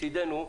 מצדנו,